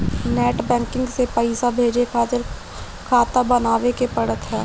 net banking से पईसा भेजे खातिर खाता बानवे के पड़त हअ